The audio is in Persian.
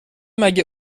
مگه